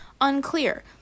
unclear